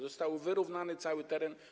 Został wyrównany cały teren.